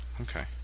Okay